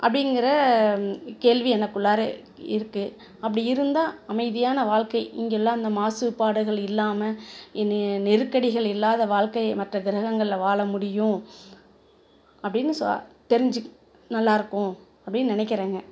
அப்படிங்குற கேள்வி எனக்குள்ளார இருக்குது அப்படி இருந்தால் அமைதியான வாழ்க்கை இங்கேல்லாம் அந்த மாசுபாடுகள் இல்லாமல் நி நெருக்கடிகள் இல்லாத வாழ்க்கையை மற்ற கிரகங்களில் வாழ முடியும் அப்படின்னு ச தெரிஞ்சு நல்லாயிருக்கும் அப்படின்னு நினைக்கிறேங்க